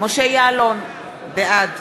משה יעלון, בעד